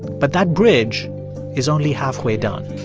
but that bridge is only halfway done